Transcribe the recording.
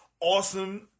awesome